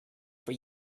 for